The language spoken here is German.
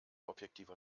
objektiver